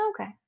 Okay